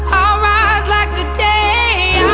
i'll rise like the day,